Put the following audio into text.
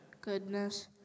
goodness